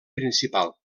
principal